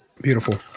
Beautiful